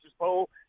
poll